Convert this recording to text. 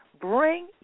Bring